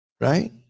Right